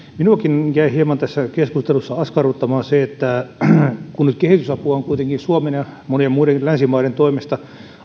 minuakin jäi hieman tässä keskustelussa askarruttamaan se kun kehitysapua on kuitenkin suomen ja monien muiden länsimaiden toimesta